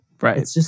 Right